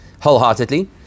wholeheartedly